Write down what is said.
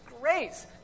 grace